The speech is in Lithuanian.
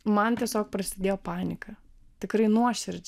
man tiesiog prasidėjo panika tikrai nuoširdžiai net jūs žinojote kad